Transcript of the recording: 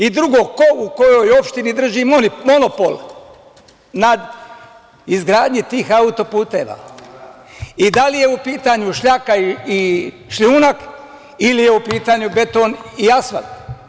I drugo – ko, u kojoj opštini drži monopol nad izgradnjom tih auto-puteva i da li je u pitanju šljaka i šljunak ili je u pitanju beton i asfalt?